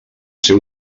ser